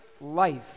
life